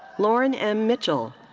lauryn m. mitchell.